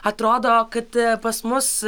atrodo kad pas mus